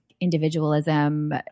individualism